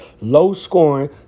low-scoring